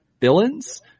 villains